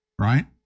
right